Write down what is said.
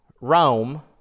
Rome